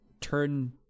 turn